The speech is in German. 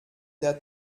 der